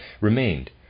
remained